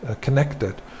connected